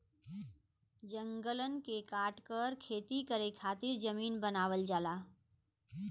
जंगलन के काटकर खेती करे खातिर जमीन बनावल जाला